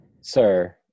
Sir